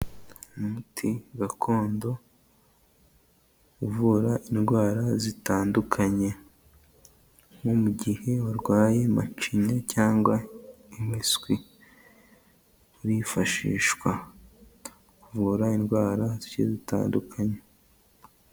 Ni umuti gakondo uvura indwara zitandukanye nko mu gihe warwaye macinya cyangwa impiswi urifashishwa, uvura indwara zigiye zitadutandukanye.